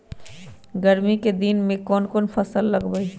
गर्मी के दिन में कौन कौन फसल लगबई?